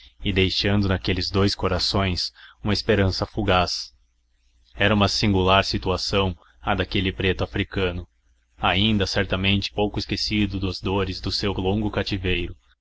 e deixando naqueles dous corações uma esperança fugaz era uma singular situação a daquele preto africano ainda certamente pouco esquecido das dores do seu longo cativeiro